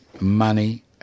money